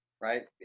right